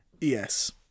yes